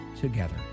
together